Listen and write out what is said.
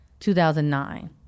2009